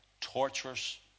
torturous